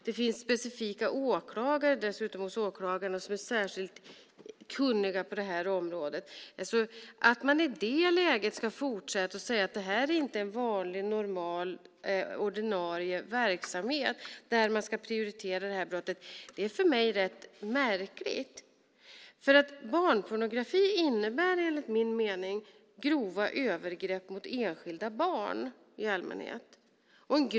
Det finns dessutom specifika åklagare hos Åklagarmyndigheten som är särskilt kunniga på det här området. Att i det läget fortsätta säga att det här inte är en normal ordinarie verksamhet där det här brottet ska prioriteras är för mig rätt märkligt. Barnpornografi innebär enligt min mening grova övergrepp mot enskilda barn i allmänhet.